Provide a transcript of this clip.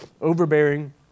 overbearing